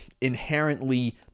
inherently